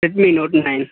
Redmi note nine